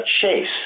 chase